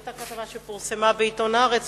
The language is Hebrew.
על אותה כתבה שפורסמה בעיתון "הארץ",